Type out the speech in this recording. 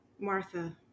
Martha